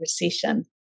recession